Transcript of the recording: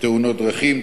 תאונות דרכים,